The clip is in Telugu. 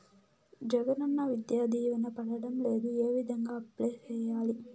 జగనన్న విద్యా దీవెన పడడం లేదు ఏ విధంగా అప్లై సేయాలి